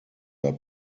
were